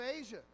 Asia